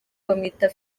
bamwita